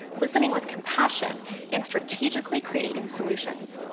listening with compassion and strategically creating solutions.